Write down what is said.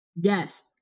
Yes